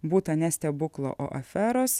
būta ne stebuklo o aferos